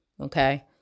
okay